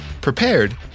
prepared